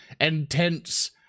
intense